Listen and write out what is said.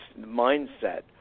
mindset